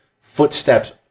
footsteps